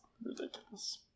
ridiculous